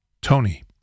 Tony